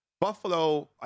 Buffalo